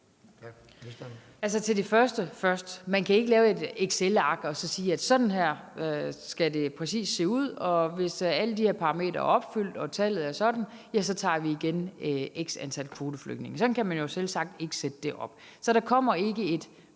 Til det første først: Man kan ikke lave et excelark og sige, at sådan her skal det præcis se ud, og hvis alle de her parametre er opfyldt og tallet er sådan, så tager vi igen x antal kvoteflygtninge. Sådan kan man jo selvsagt ikke sætte det op. Så der kommer ikke et